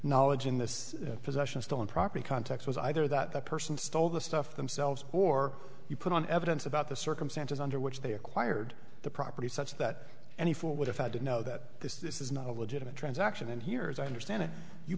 knowledge in this possession of stolen property context was either that the person stole the stuff themselves or you put on evidence about the circumstances under which they acquired the property such that any form would have had to know that this is not a legitimate transaction in here as i understand it you